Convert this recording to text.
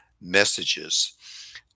messages